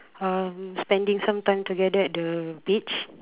um spending sometime together at the beach